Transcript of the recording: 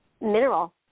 mineral